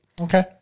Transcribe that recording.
Okay